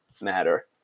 matter